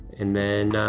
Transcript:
and then,